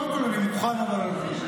קודם כול, אני מוכן, אבל שטויות.